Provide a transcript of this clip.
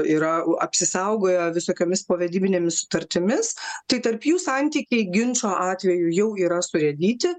yra apsisaugoję visokiomis povedybinėmis sutartimis tai tarp jų santykiai ginčo atveju jau yra surėdyti